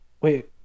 Wait